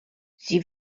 sie